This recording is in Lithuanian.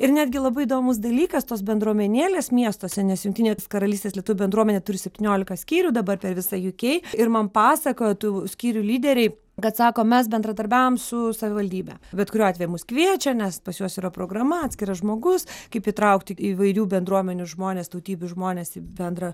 ir netgi labai įdomus dalykas tos bendruomenėlės miestuose nes jungtinės karalystės lietuvių bendruomenė turi septyniolika skyrių dabar per visą ju kei ir man pasakojo tų skyrių lyderiai kad sako mes bendradarbiavom su savivaldybe bet kuriuo atveju mus kviečia nes pas juos yra programa atskiras žmogus kaip įtraukti įvairių bendruomenių žmones tautybių žmones į bendrą